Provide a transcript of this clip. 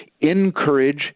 Encourage